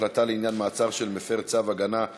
(החלטה לעניין מעצר של מפר צו הגנה),